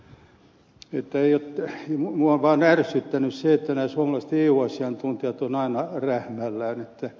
minua on vain ärsyttänyt se että suomalaiset eu asiantuntijat ovat aina rähmällään